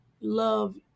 love